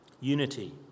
unity